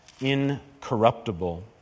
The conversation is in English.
incorruptible